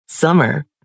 Summer